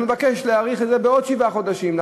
נבקש להאריך את זה בעוד שבעה חודשים.